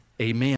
amen